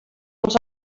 els